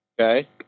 Okay